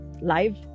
live